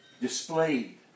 displayed